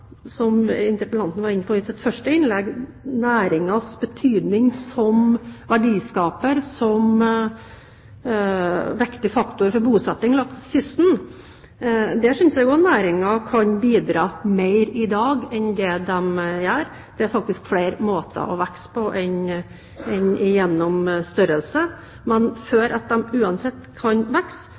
som interpellanten var inne på i sitt første innlegg, næringens betydning som verdiskaper, som viktig faktor for bosettingen langs kysten. Der synes jeg næringen kan bidra mer enn den gjør i dag. Det er faktisk flere måter å vokse på enn gjennom størrelse. Men før de kan vokse, er det opplagt at